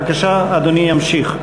בבקשה, אדוני ימשיך.